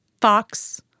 Fox